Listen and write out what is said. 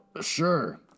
Sure